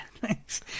thanks